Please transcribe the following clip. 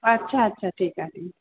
अच्छा अच्छा ठीकु आहे ठीकु